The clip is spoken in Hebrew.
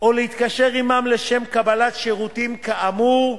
או להתקשר עמם לשם קבלת שירותים כאמור,